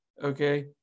Okay